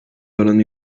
oranı